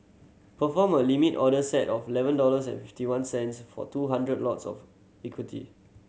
perform a Limit order set of eleven dollars and fifty one cents for two hundred lots of equity